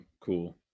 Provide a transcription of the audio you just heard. cool